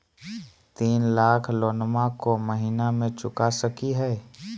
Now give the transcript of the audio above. तीन लाख लोनमा को महीना मे चुका सकी हय?